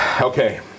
Okay